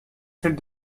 celle